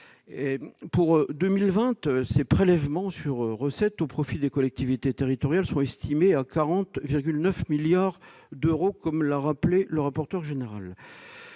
pour 2020, les prélèvements sur recettes au profit des collectivités territoriales sont estimés à 40,9 milliards d'euros, dont une grande part, 26,8